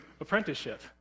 apprenticeship